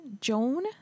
Joan